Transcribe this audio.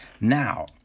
Now